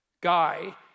guy